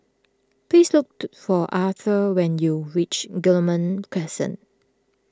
please looked for Arther when you reach Guillemard Crescent